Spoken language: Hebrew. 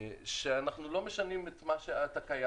שאנחנו לא משנים את הקיים.